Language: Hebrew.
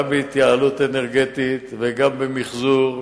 גם בהתייעלות אנרגטית וגם במיחזור.